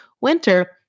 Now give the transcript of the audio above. Winter